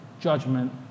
judgment